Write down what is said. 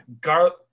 garlic